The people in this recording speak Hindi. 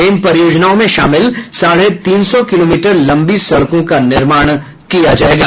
इन परियोजनाओं में शामिल साढ़े तीन सौ किलोमीटर लम्बी सड़कों का निर्माण किया जायेगा